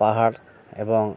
পাহাড় এবং